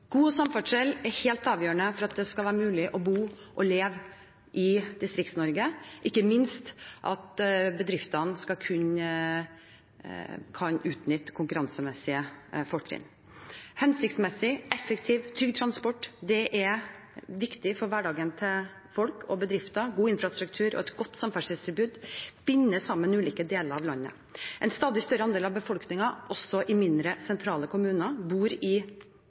God samferdsel er helt avgjørende for at det skal være mulig å bo og leve i Distrikts-Norge, og ikke minst for at bedriftene skal kunne utnytte konkurransemessige fortrinn. Hensiktsmessig, effektiv og trygg transport er viktig for hverdagen til folk og bedrifter. God infrastruktur og et godt samferdselstilbud binder sammen ulike deler av landet. En stadig større andel av befolkningen også i mindre sentrale kommuner bor i